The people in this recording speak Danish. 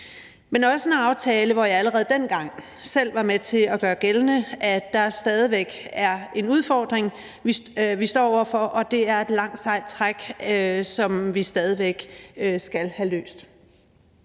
men også en aftale, hvor jeg allerede dengang selv var med til at gøre gældende, at der stadig væk er en udfordring, vi står over for, og at det er et langt, sejt træk med det, som vi stadig væk skal have løst.